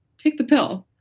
take the pill.